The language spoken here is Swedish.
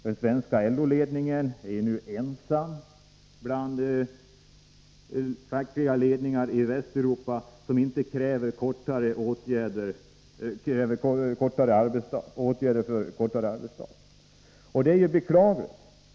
Den svenska LO-ledningen är nu ensam bland fackliga ledningar i Västeuropa om att inte kräva åtgärder för en kortare arbetsdag. Det är beklagligt.